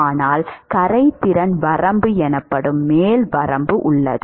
ஆனால் கரைதிறன் வரம்பு எனப்படும் மேல் வரம்பு உள்ளது